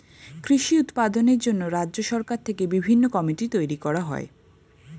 কৃষি উৎপাদনের জন্য রাজ্য সরকার থেকে বিভিন্ন কমিটি তৈরি করা হয়